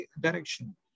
direction